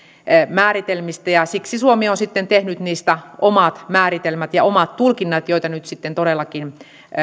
määritelmistä ja siksi suomi on sitten tehnyt niistä omat määritelmät ja omat tulkinnat joita nyt sitten todellakin